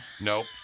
nope